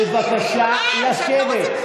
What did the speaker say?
בבקשה לשבת.